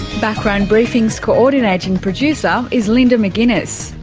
background briefing's coordinating producer is linda mcginness,